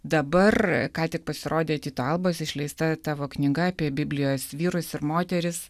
dabar ką tik pasirodė tyto albos išleista tavo knyga apie biblijos vyrus ir moteris